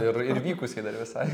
ir ir vykusiai dar visai